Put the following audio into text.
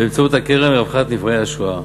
באמצעות הקרן לרווחה לנפגעי השואה.